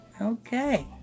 Okay